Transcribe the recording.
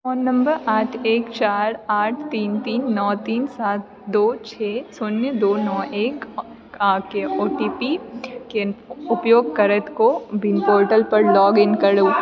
phone number आठ एक चारि आठ तीन तीन नओ तीन सात दो छओ शून्य दो नओ एक आ ओ टी पी केँ उपयोग करैत को विन पोर्टल पर लॉग इन करु